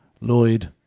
Lloyd